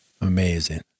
Amazing